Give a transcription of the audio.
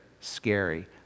scary